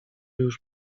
już